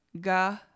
ga